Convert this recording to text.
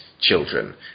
children